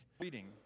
Reading